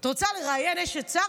את רוצה לראיין אשת שר?